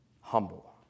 humble